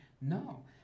no